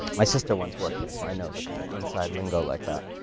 my sister once worked here, so i know the kind of inside lingo like that.